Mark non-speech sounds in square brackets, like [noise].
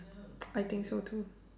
[noise] I think so too